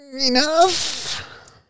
enough